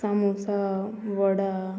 samosa वडा